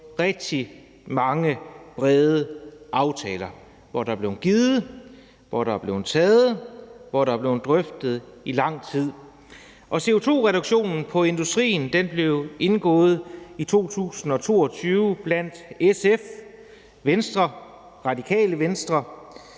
rigtig mange brede aftaler, hvor der er blevet givet og taget, og hvor der er blevet drøftet i lang tid. Aftalen om CO2-reduktion i industrien blev indgået i 2022 mellem SF, Venstre, Radikale Venstre,